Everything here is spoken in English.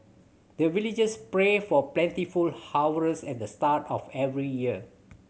the villagers pray for plentiful harvest at the start of every year